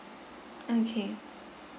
okay